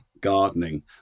gardening